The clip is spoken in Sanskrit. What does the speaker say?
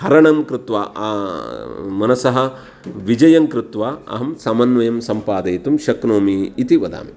हरणं कृत्वा मनसः विजयं कृत्वा अहं समन्वयं सम्पादयितुं शक्नोमि इति वदामि